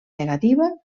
negativa